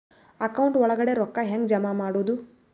Account ಒಳಗಡೆ ರೊಕ್ಕ ಹೆಂಗ್ ಜಮಾ ಮಾಡುದು?